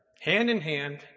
hand-in-hand